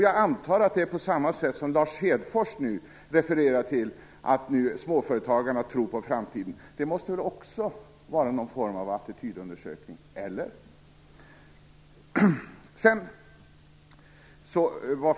Jag antar att det är samma sätt på vilket Lars Hedfors nu kan referera till att småföretagarna tror på framtiden. Det måste väl också ha sin grund i någon form av attitydundersökning - eller?